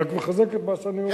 זה רק מחזק את מה שאני אומר.